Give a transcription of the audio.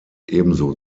ebenso